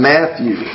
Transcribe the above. Matthew